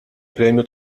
premju